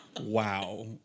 Wow